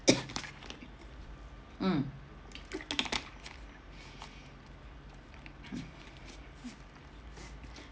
mm